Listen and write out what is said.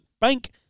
bank